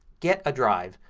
get a drive.